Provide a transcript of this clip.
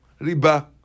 Riba